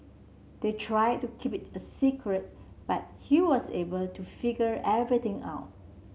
they tried to keep it a secret but he was able to figure everything out